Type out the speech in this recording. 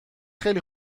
خیلی